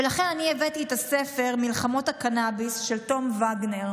ולכן אני הבאתי את הספר "מלחמות הקנביס" של תום וגנר,